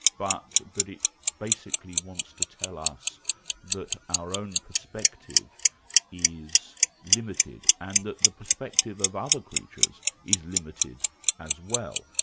but that it basically wants to tell us that our own perspective is limited and that the perspective of other creatures is limited as well.